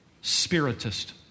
spiritist